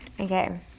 Okay